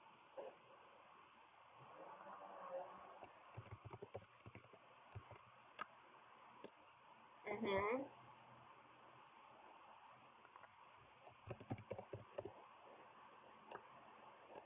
mmhmm